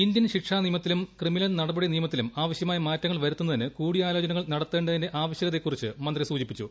Indian ശിക്ഷാ നിയമത്തിലും criminal നടപടി നിയമത്തിലും ആവശ്യമായ മാറ്റങ്ങൾ വരുത്തുന്നതിന് കൂടിയാലോചനകൾ നടത്തേതിന്റെ ആവശ്യകതയെക്കുറിച്ച് മന്ത്രി സൂചിപ്പിച്ചു